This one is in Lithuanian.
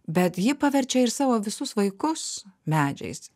bet ji paverčia ir savo visus vaikus medžiais